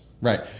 right